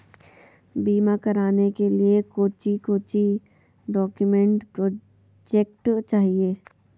बीमा कराने के लिए कोच्चि कोच्चि डॉक्यूमेंट प्रोजेक्ट चाहिए?